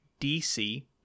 DC